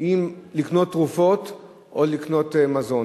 אם לקנות תרופות או לקנות מזון.